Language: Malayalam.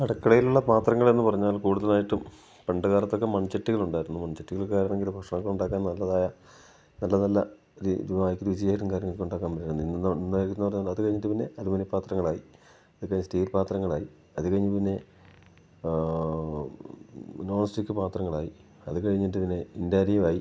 അടുക്കളയിലുള്ള പാത്രങ്ങളെന്ന് പറഞ്ഞാൽ കൂടുതലായിട്ട് പണ്ട് കാലത്തൊക്ക മൺചട്ടികൾ ഉണ്ടായിരുന്നു മൺചട്ടികൾക്ക് ആണെങ്കിൽ ഭക്ഷണങ്ങൾ ഉണ്ടാക്കാൻ നല്ലതായ നല്ല നല്ല രുചി വായിക്ക് രുചിയായിട്ട് കാര്യങ്ങൾ ഉണ്ടാക്കാൻ പറ്റുന്ന ഇന്ന് നന്നായി എന്നു പറഞ്ഞാൽ അത് കഴിഞ്ഞിട്ട് പിന്നെ അലുമിനിയം പാത്രങ്ങളായി അത് കഴിഞ്ഞു സ്റ്റീൽ പാത്രങ്ങളായി അതു കഴിഞ്ഞു പിന്നെ നോസ്റ്റിക്ക് പാത്രങ്ങളായി അത് കഴിഞ്ഞിട്ട് പിന്നെ ഇൻറ്റാരിയം ആയി